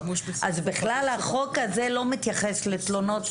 החוק הזה לא מתייחס לתלונות בכלל.